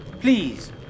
Please